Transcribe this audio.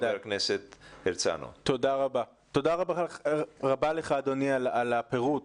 תודה רבה לך אדוני על הפירוט,